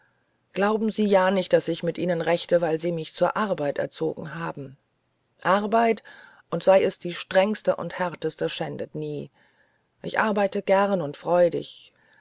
glauben sie ja nicht daß ich mit ihnen rechte weil sie mich zur arbeit erzogen haben arbeit und sei es die strengste und härteste schändet nie ich arbeite gern und freudig